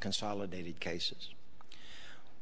consolidated cases